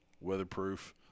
weatherproof